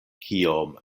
kiom